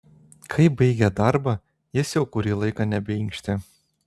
kai baigė darbą jis jau kurį laiką nebeinkštė